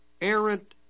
errant